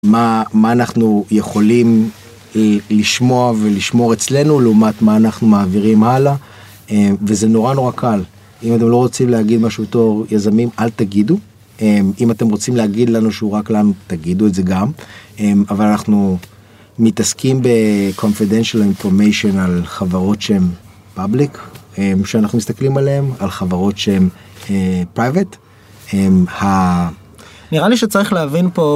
מה אנחנו יכולים לשמוע ולשמור אצלנו לעומת מה אנחנו מעבירים הלאה וזה נורא נורא קל אם אתם לא רוצים להגיד משהו תור יזמים אל תגידו אם אתם רוצים להגיד לנו שהוא רק לנו תגידו את זה גם אבל אנחנו מתעסקים ב-confidential information על חברות שהן public שאנחנו מסתכלים עליהן על חברות שהן private. נראה לי שצריך להבין פה.